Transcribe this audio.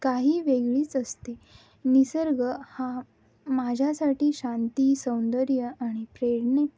काही वेगळीच असते निसर्ग हा माझ्यासाठी शांती सौंदर्य आणि प्रेरणे